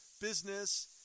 business